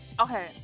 Okay